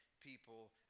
people